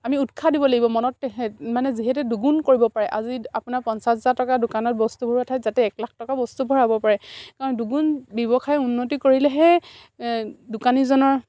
আমি উৎসাহ দিব লাগিব মনত মানে যিহেতু দুগুণ কৰিব পাৰে আজি আপোনাৰ পঞ্চাছ হাজাৰ টকা দোকানত বস্তুৰ ঠাইত যাতে এক লাখ টকা বস্তু ভৰাব পাৰে কাৰণ দুগুণ ব্যৱসায় উন্নতি কৰিলেহে দোকানীজনৰ